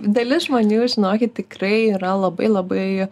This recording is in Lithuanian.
dalis žmonių žinokit tikrai yra labai labai